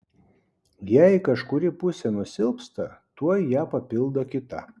jei kažkuri pusė nusilpsta tuoj ją papildo kita